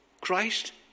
Christ